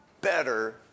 better